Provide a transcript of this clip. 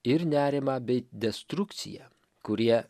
ir nerimą bei destrukciją kurie